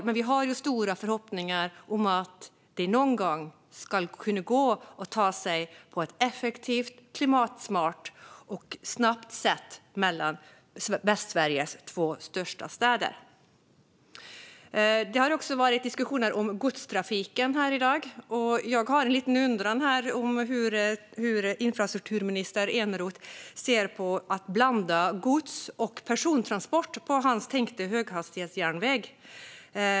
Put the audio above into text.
Men vi har stora förhoppningar om att det någon gång ska kunna gå att ta sig på ett effektivt, klimatsmart och snabbt sätt mellan Västsveriges två största städer. Det har också varit diskussioner om godstrafiken här i dag. Och jag har en liten undran här om hur infrastrukturminister Eneroth ser på att blanda gods och persontransporter på hans tänkta höghastighetsjärnväg.